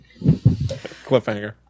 cliffhanger